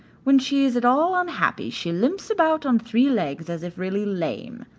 when she is at all unhappy she limps about on three legs as if really lame.